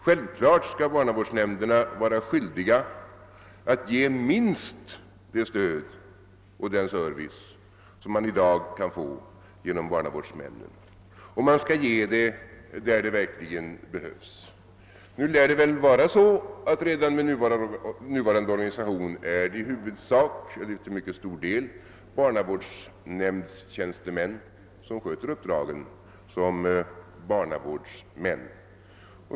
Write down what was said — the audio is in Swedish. Självfallet skall barnavårdsnämnderna vara skyldiga att ge minst det stöd och den service, som barnavårdsmännen i dag kan lämna, och det skall vara i de fall där det verkligen behövs. Det lär redan med nuvarande organisation i huvudsak, eller åtminstone till mycket stor del, vara barnavårdstjänstemän, som handhar uppdragen som barnavårdsmän.